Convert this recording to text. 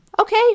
Okay